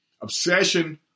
Obsession